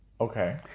Okay